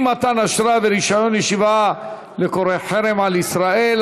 (אי-מתן אשרה ורישיון ישיבה לקורא לחרם על ישראל),